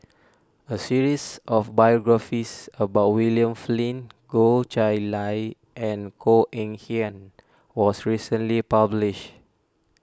a series of biographies about William Flint Goh Chiew Lye and Koh Eng Kian was recently published